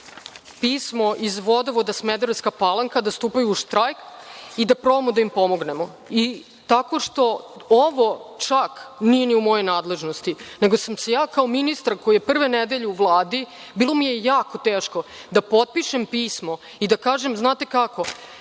pismo iz Vodovoda Smederevska Palanka da stupaju u štrajk i da probamo da im pomognemo i tako što ovo čak nije ni u mojoj nadležnosti, nego je meni, kao ministru koji je prve nedelje u Vladi, bilo jako teško da potpišem pismo i da kažem – znate kako,